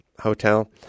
Hotel